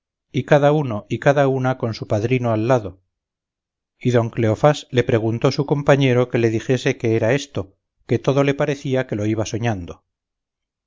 y cada uno y cada una con su padrino al lado y don cleofás le preguntó a su compañero que le dijese qué era esto que todo le parecía que lo iba soñando